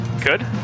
Good